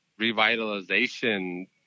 revitalization